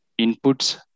inputs